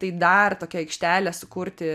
tai dar tokią aikštelę sukurti